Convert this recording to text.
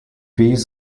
bees